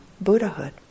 Buddhahood